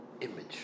image